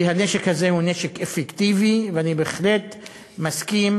כי הנשק הזה הוא נשק אפקטיבי, ואני בהחלט מסכים